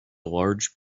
large